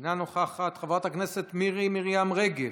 אינה נוכחת, חברת הכנסת מירי מרים רגב,